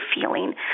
feeling